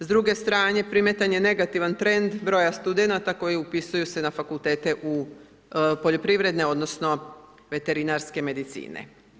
S druge strane primjetan je negativan trend broja studenata koji upisuju se na fakultete u, poljoprivredne odnosno veterinarske medicine.